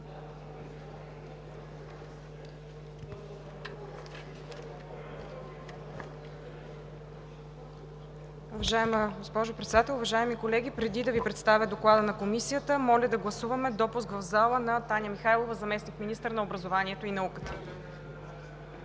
Уважаема госпожо Председател, уважаеми колеги! Преди да Ви представя Доклада на Комисията моля да гласуваме допуск в залата на Таня Михайлова – заместник-министър на образованието и науката.